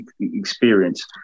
experience